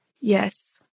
Yes